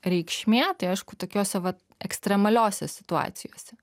reikšmė tai aišku tokiose vat ekstremaliose situacijose